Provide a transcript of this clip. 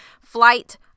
Flight